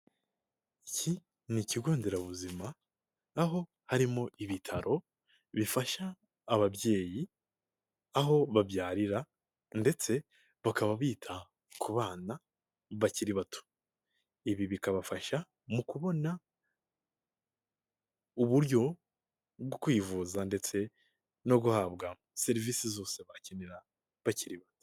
Iki ni ikigo nderabuzima aho harimo ibitaro bifasha ababyeyi, aho babyarira ndetse bakaba bita ku bana bakiri bato, ibi bikabafasha mu kubona uburyo bwo kwivuza ndetse no guhabwa serivisi zose bakenera bakiri bato.